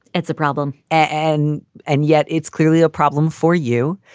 it's a problem. and and yet it's clearly a problem for you.